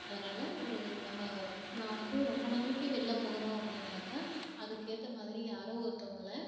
அதனால ஒரு நம்ம நான் வந்து ரொம்ப நாளைக்கு வெளில போகறோம் அப்படின்னாக்கா அதுக்கேற்ற மாதிரி யாரோ ஒருத்தவுங்களை